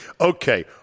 Okay